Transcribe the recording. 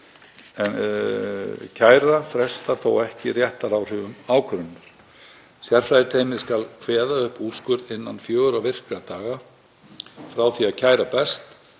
Kæra frestar ekki réttaráhrifum ákvörðunar. Sérfræðiteymið skal kveða upp úrskurð innan fjögurra virkra daga frá því að kæra barst,